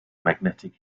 magnetic